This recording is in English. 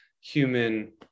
human